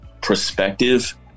perspective